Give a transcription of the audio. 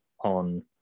on